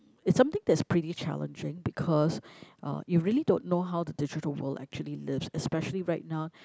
it's something that's pretty challenging because uh you really don't know how the digital world actually lives especially right now